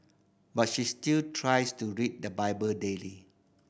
but she still tries to read the Bible daily